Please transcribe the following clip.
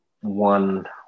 one